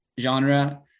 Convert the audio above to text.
genre